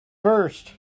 first